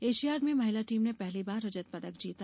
Asiad में महिला team ने पहली बार रजत पदक जीता